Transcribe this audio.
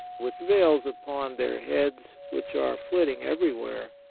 with veils upon their heads which are flitting everywhere,